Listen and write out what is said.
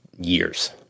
years